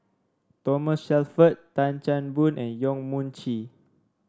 Thomas Shelford Tan Chan Boon and Yong Mun Chee